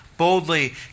Boldly